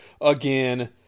again